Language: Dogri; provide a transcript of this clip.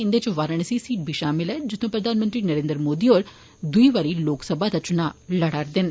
इन्दे इच वाराणसी सीट बी शामल ऐ जित्थुआ प्रधानमंत्री नरेन्द्र मोदी होर दुई बारी लोकसभा दा चुनां लड़ा'रदे न